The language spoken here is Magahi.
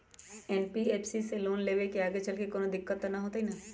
एन.बी.एफ.सी से लोन लेबे से आगेचलके कौनो दिक्कत त न होतई न?